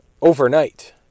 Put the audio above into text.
overnight